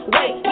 Wait